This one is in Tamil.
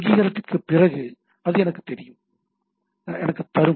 அங்கீகாரத்திற்குப் பிறகு அது எனக்குத் தரும்